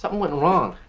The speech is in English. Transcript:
um went wrong.